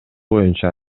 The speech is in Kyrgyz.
боюнча